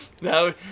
No